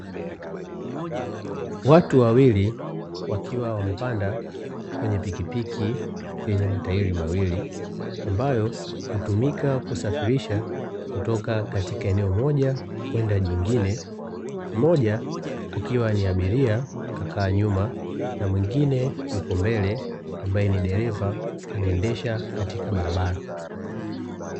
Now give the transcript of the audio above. Watu wawili wakiwa wamepanda kwenye pikipiki yenye matairi mawili, ambayo hutumika kusafirisha kutoka katika eneo moja kwenda jingine, mmoja akiwa ni abiria kakaa nyuma na mwingine yuko mbele ambaye ni dereva anaendesha katika barabara.